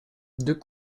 deux